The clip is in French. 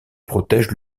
protègent